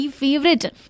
favorite